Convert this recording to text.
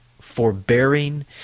forbearing